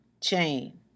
chain